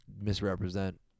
misrepresent